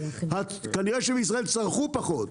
כנראה שבישראל צרכן פחות.